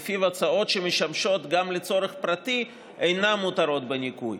שלפיו הוצאות שמשמשות גם לצורך פרטי אינן מותרות בניכוי,